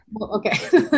Okay